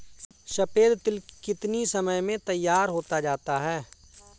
सफेद तिल कितनी समय में तैयार होता जाता है?